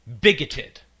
bigoted